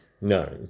no